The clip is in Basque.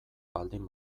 baldin